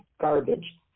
garbage